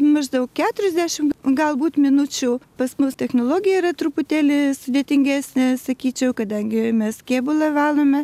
maždaug keturiasdešim galbūt minučių pas mus technologija yra truputėlį sudėtingesnė sakyčiau kadangi mes kėbulą valome